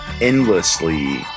endlessly